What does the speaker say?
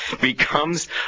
becomes